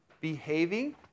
behaving